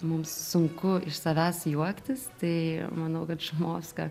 mums sunku iš savęs juoktis tai manau kad šumovska